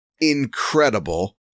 incredible